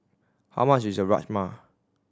how much is the Rajma